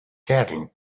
cattle